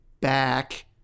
back